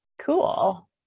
Cool